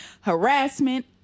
harassment